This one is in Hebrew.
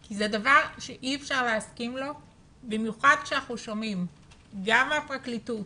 כי זה דבר שאי אפשר להסכים לו במיוחד כשאנחנו שומעים גם מהפרקליטות